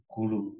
Guru